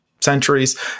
centuries